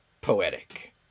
poetic